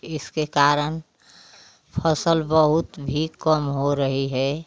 इसके कारण फसल बहुत भी कम हो रही है